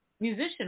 musician